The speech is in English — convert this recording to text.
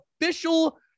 official